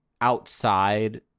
outside